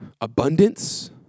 abundance